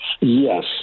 Yes